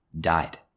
died